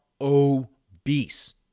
obese